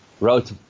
wrote